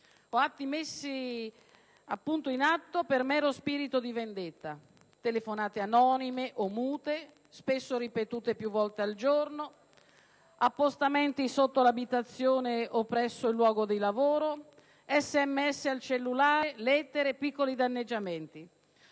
o messi in atto per mero spirito di vendetta: telefonate anonime o mute, spesso ripetute più volte al giorno; appostamenti sotto l'abitazione o presso il luogo di lavoro; messaggi al cellulare; lettere e piccoli danneggiamenti.